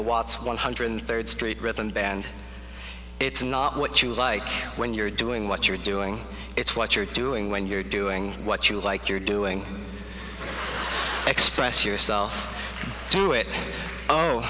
the watts one hundred third street rittenband it's not what you like when you're doing what you're doing it's what you're doing when you're doing what you like you're doing express yourself do it oh